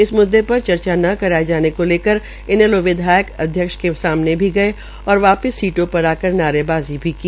इस मुद्दे पर चर्चा न कराये जाने को लेकर हनेलो विधायक अध्यक्ष के सामने भी गये और वापिस सीटों पर आकर नारेबाज़ी भी की